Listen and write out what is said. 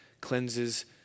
cleanses